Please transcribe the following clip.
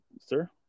sir